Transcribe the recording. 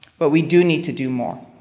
but we do need to do more.